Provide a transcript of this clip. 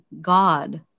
God